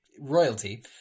royalty